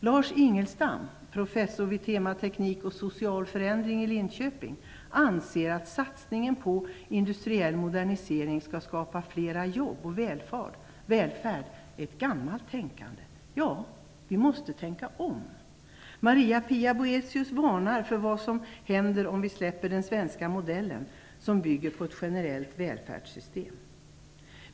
Lars Ingelstam, professor inom temat teknik och social förändring vid Linköpings universitet, anser att satsningen på att industriell modernisering skall skapa flera jobb och välfärd är uttryck för ett gammalt tänkande. Ja, vi måste tänka om. Maria-Pia Boëthius varnar för vad som händer om vi släpper den svenska modellen, som bygger på ett generellt välfärdssystem.